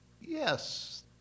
Yes